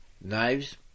Knives